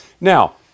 Now